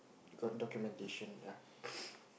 got documentation yea